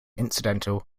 incidental